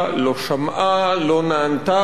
לא נענתה ולא רצתה להיענות